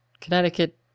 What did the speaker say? Connecticut